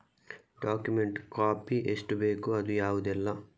Document copy ಎಷ್ಟು ಬೇಕು ಅದು ಯಾವುದೆಲ್ಲ?